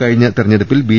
കഴിഞ്ഞ തെരഞ്ഞെടുപ്പിൽ ബി